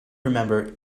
remember